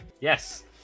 Yes